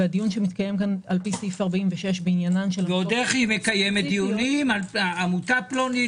והדיון שמתקיים כאן- -- היא מקיימת דיונים על עמותה פלונית.